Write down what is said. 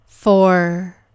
Four